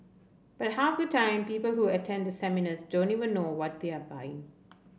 but half the time people who attend the seminars don't even know what they are buying